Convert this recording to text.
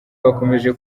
bakomeje